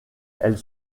elles